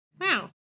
Wow